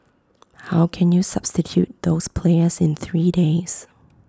how can you substitute those players in three days